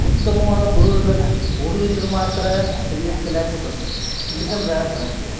ಉತ್ತಮವಾದ ಗುರು ಇರಬೇಕು ಗುರು ಇದ್ರೆ ಮಾತ್ರ ಸಂಗೀತ ಕಲ್ಯಾಕ ಬರ್ತೈತಿ ಇಲ್ಲಿಕಂದ್ರೆ ಬರಂಗಿಲ್ಲ